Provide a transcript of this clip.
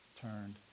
turned